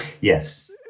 yes